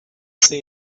see